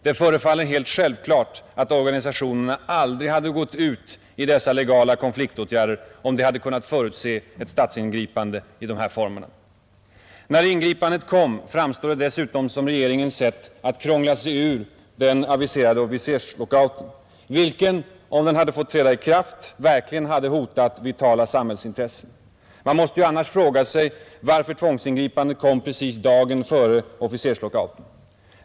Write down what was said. Det förefaller helt självklart att organisationerna aldrig hade gått ut i legala konfliktåtgärder om de hade kunnat förutse ett statsingripande i de här formerna. När ingripandet kom framstår det dessutom som regeringens sätt att krångla sig ur den aviserade officerslockouten, vilken om den fått träda i kraft verkligen hade hotat vitala samhällsintressen. Man måste ju annars fråga sig varför tvångsingripandet kom precis dagen före officerslockouten.